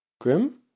Grim